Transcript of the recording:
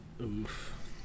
Oof